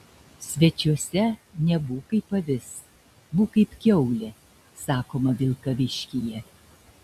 svečiuose nebūk kaip avis būk kaip kiaulė sakoma vilkaviškyje